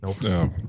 Nope